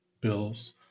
Bills